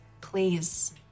Please